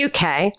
UK